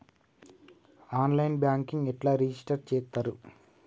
On line banking ఎట్లా register చేత్తరు?